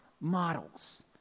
Models